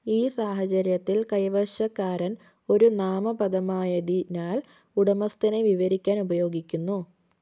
ഈ സാഹചര്യത്തിൽ കൈവശക്കാരൻ ഒരു നാമപദമായതിനാൽ ഉടമസ്ഥനെ വിവരിക്കാൻ ഉപയോഗിക്കുന്നു